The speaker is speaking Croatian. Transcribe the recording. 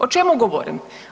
O čemu govorim?